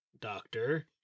doctor